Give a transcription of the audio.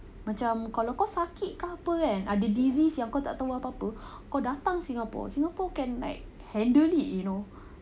macam kalau kau sakit ke apa kan ada disease siapa kau tak tahu apa-apa kau datang singapore singapore can like handle it you know